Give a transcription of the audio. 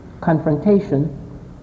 confrontation